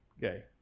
gay